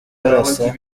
barasa